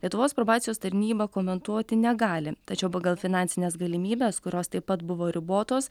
lietuvos probacijos tarnyba komentuoti negali tačiau pagal finansines galimybes kurios taip pat buvo ribotos